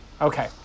okay